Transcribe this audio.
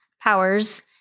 powers